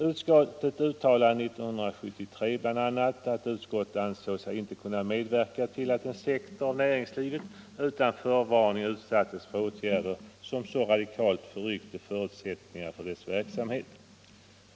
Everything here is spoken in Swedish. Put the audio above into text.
Utskottet uttalade 1973 bl.a. att utskottet inte ansåg sig kunna medverka till att en sektor av näringslivet utan förvarning utsattes för åtgärder som radikalt förryckte förutsättningarna för dess verksamhet.